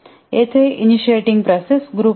येथे initiating process group आहेत